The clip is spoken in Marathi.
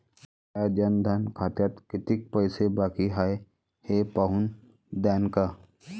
माया जनधन खात्यात कितीक पैसे बाकी हाय हे पाहून द्यान का?